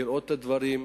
לראות את הדברים,